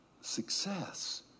success